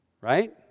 Right